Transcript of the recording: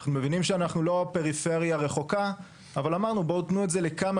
אנחנו מבינים שאנחנו לא פריפריה רחוקה אבל אמרנו שייתנו את זה לכמה